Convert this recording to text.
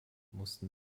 mussten